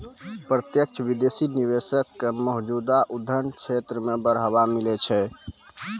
प्रत्यक्ष विदेशी निवेश क मौजूदा उद्यम क्षेत्र म बढ़ावा मिलै छै